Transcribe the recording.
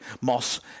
Moss